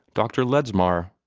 dr. ledsmar.